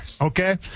okay